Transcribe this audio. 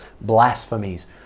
Blasphemies